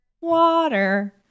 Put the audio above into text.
Water